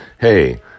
hey